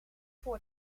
voor